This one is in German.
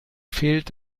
fehlt